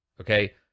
Okay